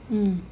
mm